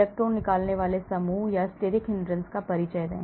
electron निकालने वाले समूहों या steric hindrance का परिचय दें